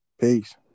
Peace